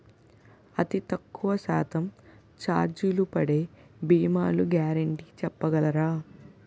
అతి తక్కువ శాతం ఛార్జీలు పడే భీమాలు గ్యారంటీ చెప్పగలరా?